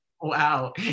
wow